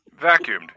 Vacuumed